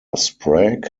sprague